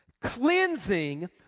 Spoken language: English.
Cleansing